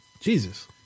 Jesus